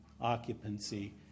occupancy